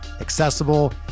accessible